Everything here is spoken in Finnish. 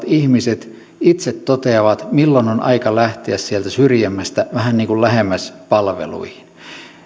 ihmiset itse toteavat milloin on aika lähteä sieltä syrjemmästä vähän lähemmäs